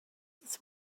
this